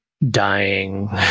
dying